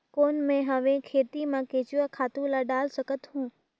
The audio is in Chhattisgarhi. कौन मैं हवे खेती मा केचुआ खातु ला डाल सकत हवो?